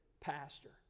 pastor